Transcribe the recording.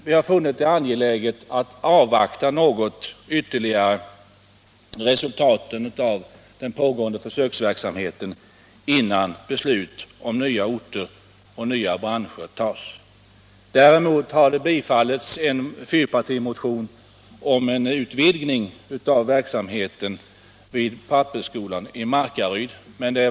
Vi har funnit det angeläget att avvakta resultatet av den pågående försöksverksamheten innan beslut om nya orter och branscher fattas. Däremot har vi tillstyrkt en fyrpartimotion om en utvidgning av försöksverksamheten vid pappersskolan i Markaryd.